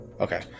okay